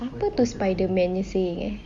apa tu spiderman you're saying ah